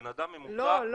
בן אדם ממוצע --- לא.